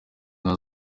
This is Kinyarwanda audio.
nka